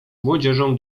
młodzieżą